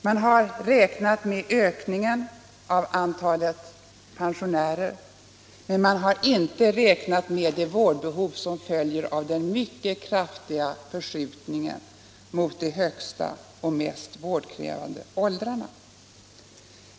Man har räknat med ökningen av antalet pensionärer, men man har inte räknat med det vårdbehov som följer av den mycket kraftiga förskjutningen mot de högsta och mest vårdkrävande åldrarna.